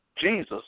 Jesus